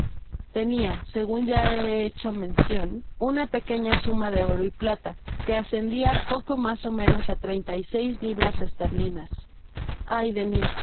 tenia segun ya he hecho mencion una pequeña suma en oro y plata que ascendia poco mas ó menos á treinta y seis libras esterlinas ay de mil